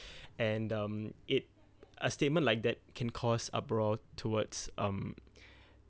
and um it a statement like that can cause uproar towards um